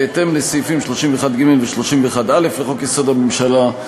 בהתאם לסעיפים 31(ג) ו-31(א) לחוק-יסוד: הממשלה,